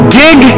dig